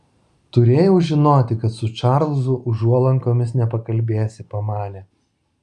turėjau žinoti kad su čarlzu užuolankomis nepakalbėsi pamanė